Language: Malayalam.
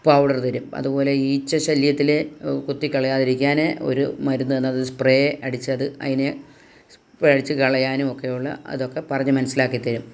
പൗഡർ തരും അതുപോലെ ഈച്ച ശല്യത്തിൽ കുത്തിക്കളയാതിരിക്കാന് ഒരു മരുന്ന് തന്നു അത് സ്പ്രേ അടിച്ചത് അതിന് അടിച്ചു കളയാനുമൊക്കെയുള്ള അതൊക്കെ പറഞ്ഞ് മനസ്സിലാക്കി തരും